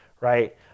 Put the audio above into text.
right